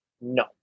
No